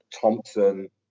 Thompson